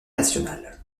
nationale